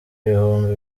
ibihumbi